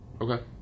Okay